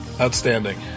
Outstanding